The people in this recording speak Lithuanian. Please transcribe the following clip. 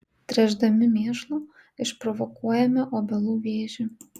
tręšdami mėšlu išprovokuojame obelų vėžį